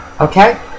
Okay